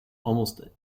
almost